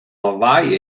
lawaai